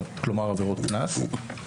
כלומר עבירות קנס.